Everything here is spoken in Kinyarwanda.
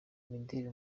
imideli